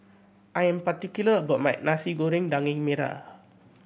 I am particular about my Nasi Goreng Daging Merah